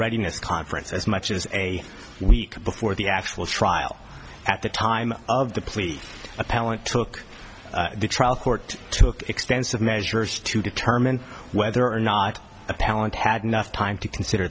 readiness conference as much as a week before the actual trial at the time of the plea appellant took the trial court took extensive measures to determine whether or not appellant had enough time to consider